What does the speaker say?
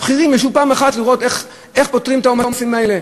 הבכירים ישבו פעם אחת לראות איך פותרים את העומסים האלה?